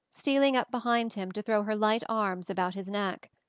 stealing up behind him to throw her light arms about his neck.